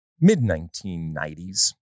mid-1990s